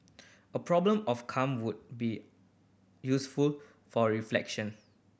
a problem of calm would be useful for reflection